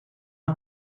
een